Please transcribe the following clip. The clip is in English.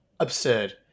absurd